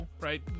right